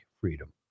freedom